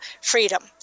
freedom –